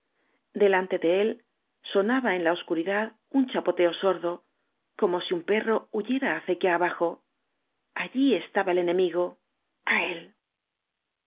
delante de él sonaba en la obscuridad un cha poteo sordo como si un perro huyera acequia abajo allí estaba el enemigo á él